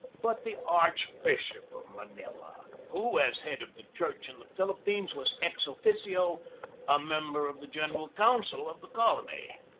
but the archbishop of manila, who as head of the church in the philip pines was ex officio a member of the general council of the colony.